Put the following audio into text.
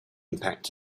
impact